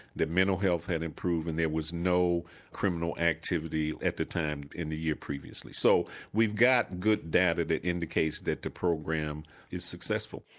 mental health had improved and there was no criminal activity at the time in the year previously. so we've got good data that indicates that the program is successful.